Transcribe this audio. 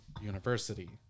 University